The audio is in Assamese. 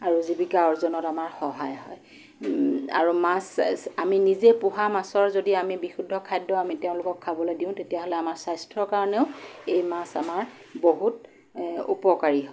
আৰু জীৱিকা অৰ্জনত আমাৰ সহায় হয় আৰু মাছ আমি নিজেই পোহা মাছৰ যদি আমি বিশুদ্ধ খাদ্য আমি তেওঁলোকক খাবলৈ দিওঁ তেতিয়াহ'লে আমাৰ স্বাস্থ্যৰ কাৰণেও এই মাছ আমাৰ বহুত এ উপকাৰী